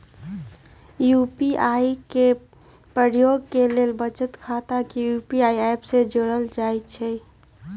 UPI के प्रयोग के लेल बचत खता के यू.पी.आई ऐप से जोड़ल जाइ छइ